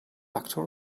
actor